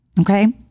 okay